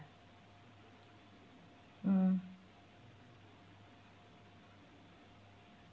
mm